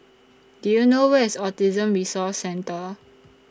Do YOU know Where IS Autism Resource Centre